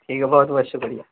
ٹھیک ہے بہت بہت شکریہ